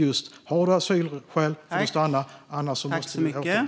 Har man asylskäl får man stanna, annars måste man åka tillbaka.